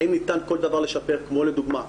האם ניתן כל דבר לשפר כמו לדוגמה,